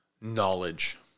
knowledge